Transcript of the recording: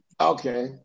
Okay